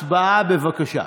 הצבעה, בבקשה.